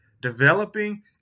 developing